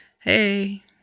hey